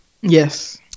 Yes